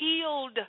healed